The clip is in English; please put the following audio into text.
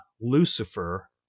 Lucifer